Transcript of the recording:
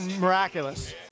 Miraculous